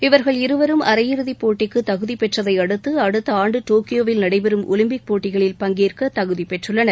இவர்கள் இருவரும் அரை இறுதிப் போட்டியில் விளையாட தகுதி பெற்றதை அடுத்து அடுத்த ஆண்டு டோக்கியோவில் நடைபெறும் ஒலிம்பிக் போட்டிகளில் பங்கேற்க தகுதி பெற்றுள்ளனர்